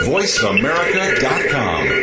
VoiceAmerica.com